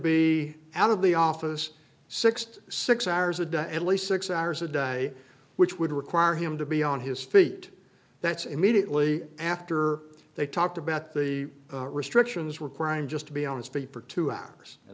be out of the office six to six hours a day at least six hours a day which would require him to be on his feet that's immediately after they talked about the restrictions were crying just to be on his feet for two hours